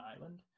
island